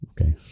Okay